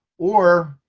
or,